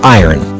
iron